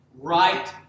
Right